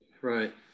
right